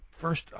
first